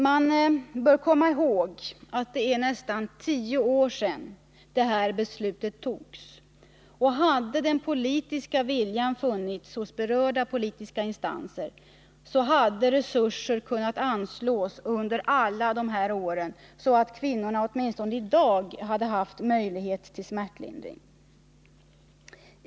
Man bör komma ihåg att det är nästan tio år sedan beslutet fattades, och hade den politiska viljan hos berörda politiska instanser funnits, hade resurser kunnat anslås under alla dessa år, så att kvinnorna åtminstone i dag hade haft möjlighet till smärtlindring.